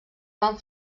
van